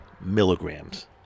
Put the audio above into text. milligrams